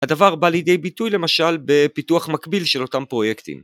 הדבר בא לידי ביטוי למשל בפיתוח מקביל של אותם פרויקטים.